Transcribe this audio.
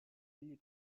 egli